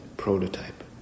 prototype